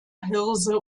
hirse